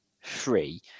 free